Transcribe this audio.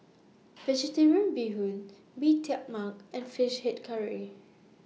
Vegetarian Bee Hoon Bee Tai Mak and Fish Head Curry